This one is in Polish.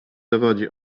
dowodzi